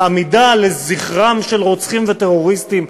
העמידה לזכרם של רוצחים וטרוריסטים.